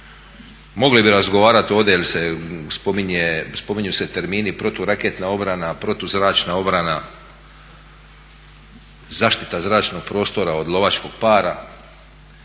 Mogli bi razgovarati ovdje jer se spominju termini proturaketna obrana, protuzračna obrana, zaštita zračnog prostora od lovačkog para,